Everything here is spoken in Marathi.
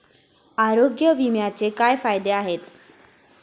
आरोग्य विम्याचे काय फायदे आहेत?